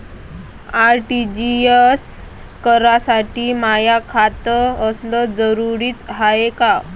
RTGS करासाठी माय खात असनं जरुरीच हाय का?